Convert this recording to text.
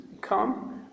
come